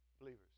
believers